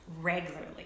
Regularly